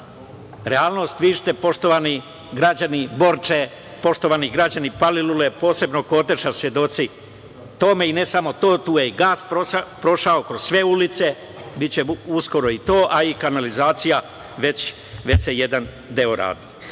realnost. Vi ste, poštovani građani Borče, poštovani građani Palilule, posebno Koteža, svedoci tome, i ne samo to, tu je i gas prošao kroz sve ulice, biće uskoro i to, a i kanalizacija već se jedan deo radi. Mogao